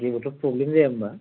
जेबोथ' प्रब्लेम जाया होमबा